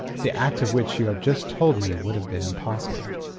the act of which you have just told me would have been impossible.